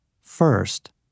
First